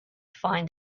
find